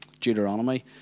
Deuteronomy